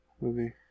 movie